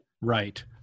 Right